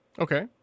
Okay